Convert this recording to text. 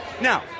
Now